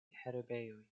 herbejoj